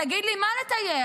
תגיד לי, מה לטייח?